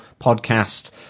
Podcast